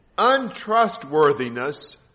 untrustworthiness